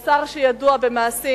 הוא שר שידוע במעשים.